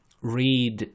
read